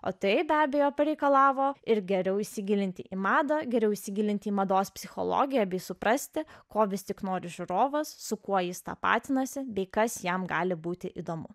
o tai be abejo pareikalavo ir geriau įsigilinti į madą geriau įsigilinti į mados psichologiją bei suprasti ko vis tik nori žiūrovas su kuo jis tapatinasi bei kas jam gali būti įdomu